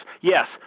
yes